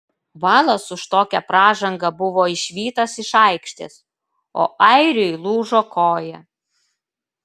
valas už tokią pražangą buvo išvytas iš aikštės o airiui lūžo koja